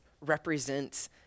represents